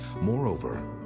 moreover